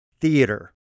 theater